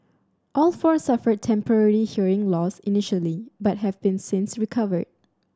all four suffered temporary hearing loss initially but have been since recovered